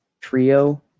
trio